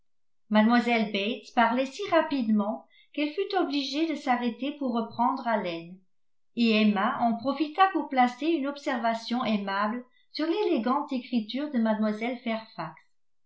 mlle bates parlait si rapidement qu'elle fut obligée de s'arrêter pour reprendre haleine et emma en profita pour placer une observation aimable sur l'élégante écriture de mlle fairfax